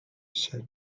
said